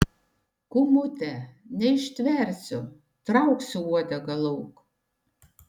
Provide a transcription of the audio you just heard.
kūmute neištversiu trauksiu uodegą lauk